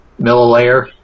millilayer